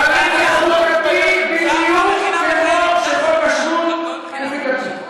חברים, זה חוקתי בדיוק כמו שחוק השבות הוא חוקתי.